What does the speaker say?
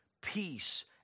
peace